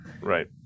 right